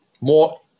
more